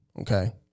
okay